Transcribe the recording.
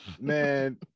man